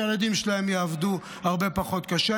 כשהילדים שלהם יעבדו הרבה פחות קשה.